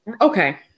Okay